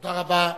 תודה רבה.